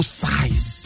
size